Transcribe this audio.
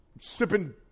sipping